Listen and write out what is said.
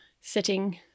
sitting